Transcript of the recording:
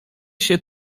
się